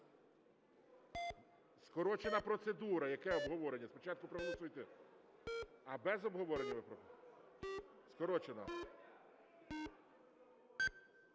Скорочена процедура, яке обговорення? Спочатку проголосуйте. А, без обговорення… скорочена.